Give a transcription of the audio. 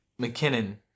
McKinnon